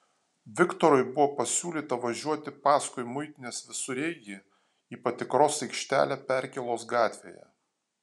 viktorui buvo pasiūlyta važiuoti paskui muitinės visureigį į patikros aikštelę perkėlos gatvėje